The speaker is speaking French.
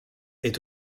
est